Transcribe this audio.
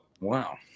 wow